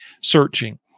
searching